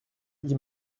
dit